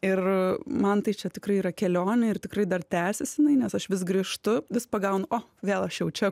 ir man tai čia tikrai yra kelionė ir tikrai dar tęsiasi nes aš vis grįžtu vis pagaunu o aš jau čia